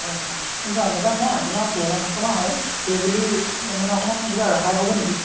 হয় হয় আচ্ছা দাদা মই আপোনাৰ পুৰণা কাষ্টমাৰ হয় সেইবুলি মানে অকণমাণ কিবা ৰেহাই হ'ব নেকি